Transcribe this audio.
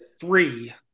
three